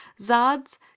zads